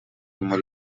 muri